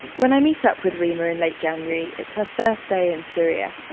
when i meet up with reema in late january, it's her first day in syria.